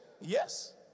Yes